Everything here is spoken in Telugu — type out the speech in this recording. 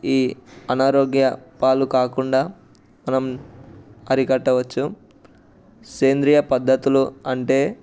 ఈ అనారోగ్య పాలు కాకుండా మనం అరికట్టవచ్చు సేంద్రీయ పద్ధతులు అంటే